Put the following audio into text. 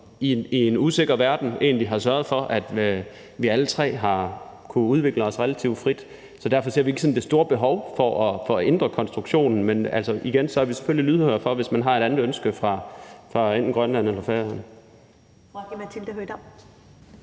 i en usikker verden egentlig har sørget for, at vi alle tre har kunnet udvikle os relativt frit. Så derfor ser vi ikke sådan det store behov for at ændre konstruktionen. Men igen: Vi er selvfølgelig lydhøre, hvis man har et andet ønske fra enten Grønlands eller Færøernes